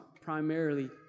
primarily